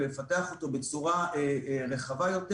ולפתח אותו בצורה רחבה יותר,